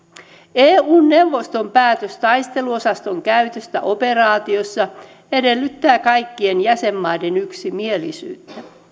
eun neuvoston päätös taisteluosaston käytöstä operaatiossa edellyttää kaikkien jäsenmaiden yksimielisyyttä